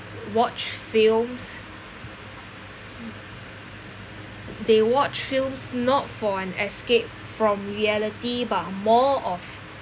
watch films they watch films not for an escape from reality but more of